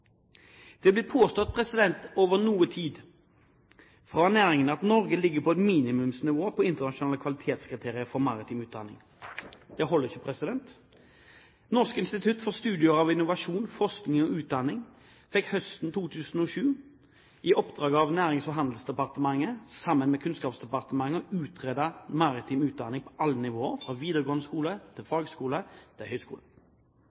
fra næringen at Norge ligger på et minimumsnivå når det gjelder internasjonale kvalitetskriterier for maritim utdanning. Det holder ikke! Norsk institutt for studier av innovasjon, forskning og utdanning fikk høsten 2007 i oppdrag av Nærings- og handelsdepartementet sammen med Kunnskapsdepartementet å utrede maritim utdanning på alle nivåer, fra videregående skole og fagskole til